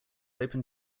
open